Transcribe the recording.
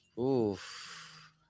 Oof